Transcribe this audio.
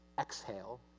exhale